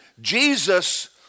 Jesus